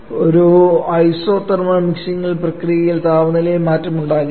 ഒരു ഐസോതെർമൽ മിക്സിംഗിൽ പ്രക്രിയയിൽ താപനിലയിൽ മാറ്റമുണ്ടാകില്ല